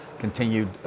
Continued